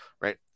right